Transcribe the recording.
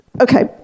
Okay